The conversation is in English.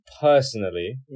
personally